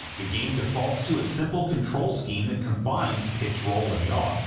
the game defaults to a simple control scheme that combines pitch, roll, and yaw,